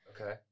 Okay